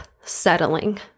settling